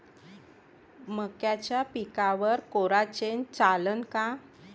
मक्याच्या पिकावर कोराजेन चालन का?